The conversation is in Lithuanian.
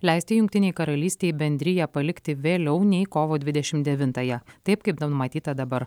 leisti jungtinei karalystei bendriją palikti vėliau nei kovo dvidešim devintąją taip kaip numatyta dabar